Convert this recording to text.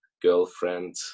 girlfriend